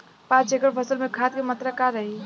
पाँच एकड़ फसल में खाद के मात्रा का रही?